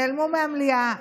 נעלמו מהמליאה,